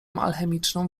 alchemiczną